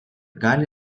gali